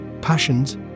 passions